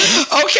okay